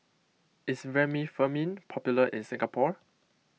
is Remifemin popular in Singapore